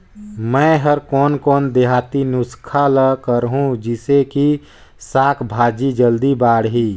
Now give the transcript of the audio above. मै हर कोन कोन देहाती नुस्खा ल करहूं? जिसे कि साक भाजी जल्दी बाड़ही?